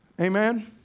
amen